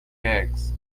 eggs